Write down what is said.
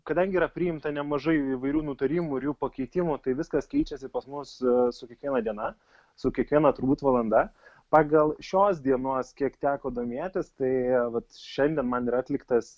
kadangi yra priimta nemažai įvairių nutarimų ir jų pakeitimų tai viskas keičiasi pas mus su kiekviena diena su kiekviena turbūt valanda pagal šios dienos kiek teko domėtis tai vat šiandien man yra atliktas